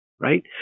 Right